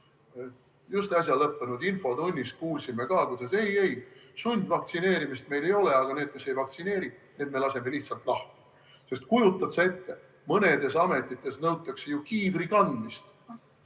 Just äsja infotunnis kuulsime ka, kuidas ei-ei, sundvaktsineerimist meil ei ole, aga need, kes ei vaktsineeri, need me laseme lihtsalt lahti. Sest kujutad sa ette, mõnedes ametites nõutakse ju kiivri kandmist.